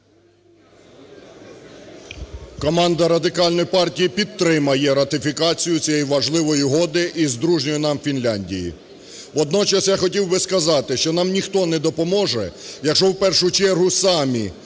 Команда Радикальної партії підтримає ратифікацію цієї важливої угоди із дружньою нам Фінляндією. Водночас я хотів би сказати, що нам ніхто не допоможе, якщо, в першу чергу, самі